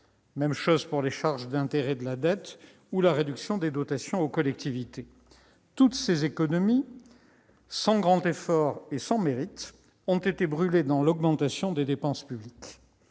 de même pour les charges d'intérêts de la dette ou la réduction des dotations aux collectivités. Toutes ces économies réalisées sans grand effort et sans mérite ont été brûlées dans l'augmentation des dépenses publiques